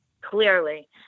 Clearly